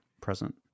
present